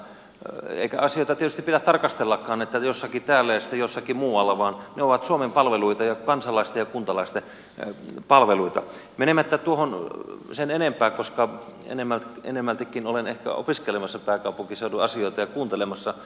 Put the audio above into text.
ei asioita tietysti pidä tarkastellakaan niin että jossakin täällä ja sitten jossakin muualla vaan ne ovat suomen palveluita ja kansalaisten ja kuntalaisten palveluita menemättä tuohon sen enempää koska enemmältikin olen ehkä opiskelemassa pääkaupunkiseudun asioita ja kuuntelemassa